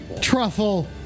Truffle